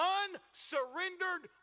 unsurrendered